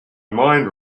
mind